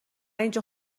اینجا